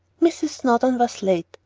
mrs. snowdon was late.